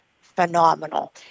phenomenal